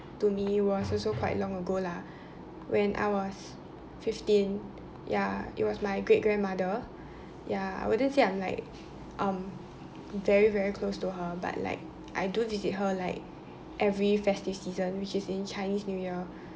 to me was also quite long ago lah when I was fifteen ya it was my great grandmother ya I wouldn't say I'm like um very very close to her but like I do visit her like every festive season which is in chinese new year